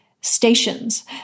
stations